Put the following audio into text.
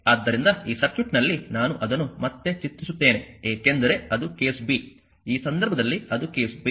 ಆದ್ದರಿಂದ ಈ ಸರ್ಕ್ಯೂಟ್ನಲ್ಲಿ ನಾನು ಅದನ್ನು ಮತ್ತೆ ಚಿತ್ರಿಸುತ್ತೇನೆ ಏಕೆಂದರೆ ಅದು ಕೇಸ್ b ಈ ಸಂದರ್ಭದಲ್ಲಿ ಅದು ಕೇಸ್ b